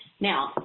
Now